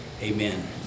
amen